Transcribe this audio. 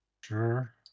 Sure